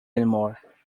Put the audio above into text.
anymore